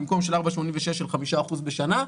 במקום של 5%-4.86% בשנה,